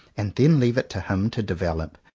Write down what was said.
and then leave it to him to develop,